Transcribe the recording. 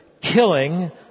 killing